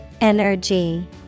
Energy